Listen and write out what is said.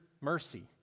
mercy